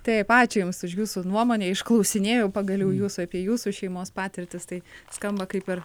taip ačiū jums už jūsų nuomonę išklausinėjau pagaliau jūsų apie jūsų šeimos patirtis tai skamba kaip ir